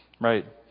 Right